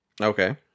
Okay